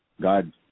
God